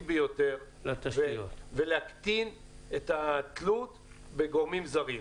ביותר ולהקטין את התלות בגורמים זרים.